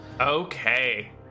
Okay